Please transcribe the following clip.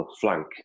flank